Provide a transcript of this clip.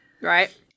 Right